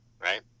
right